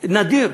נדיר: